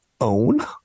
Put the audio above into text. own